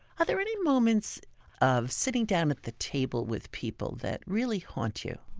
are there any moments of sitting down at the table with people that really haunt you?